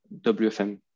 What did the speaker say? WFM